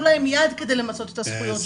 להן יד כדי למצות את הזכויות שלהן.